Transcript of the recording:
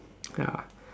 ya